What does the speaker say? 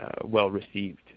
well-received